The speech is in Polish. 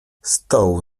stołu